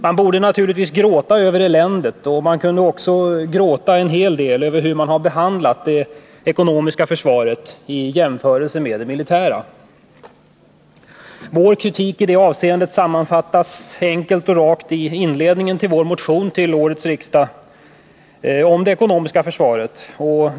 Man borde naturligtvis gråta över eländet, och man kunde gråta en hel del över hur det ekonomiska försvaret har behandlats i jämförelse med det militära. Vår kritik i det avseendet sammanfattas enkelt och rakt i inledningen till vår motion till årets riksdag om det ekonomiska försvaret.